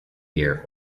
gear